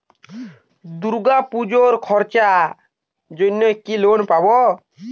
দূর্গাপুজোর খরচার জন্য কি লোন পাব?